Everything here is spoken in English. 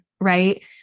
right